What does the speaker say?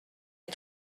est